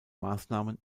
maßnahmen